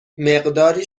مقداری